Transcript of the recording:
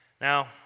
Now